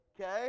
okay